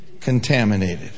contaminated